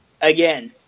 Again